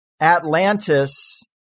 Atlantis